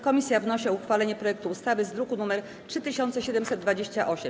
Komisja wnosi o uchwalenie projektu ustawy z druku nr 3728.